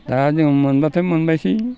दा जोङो मोनब्लाथ' मोनबायसै